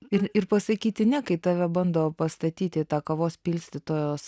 ir ir pasakyti ne kai tave bando pastatyti tą kavos pilstytojos